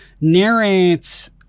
narrates